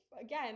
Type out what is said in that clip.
again